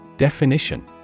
Definition